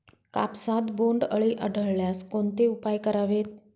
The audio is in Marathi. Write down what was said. कापसात बोंडअळी आढळल्यास कोणते उपाय करावेत?